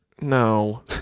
No